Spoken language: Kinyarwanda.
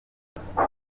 ashaka